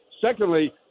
Secondly